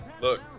Look